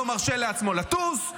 לא מרשה לעצמו לטוס,